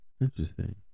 Interesting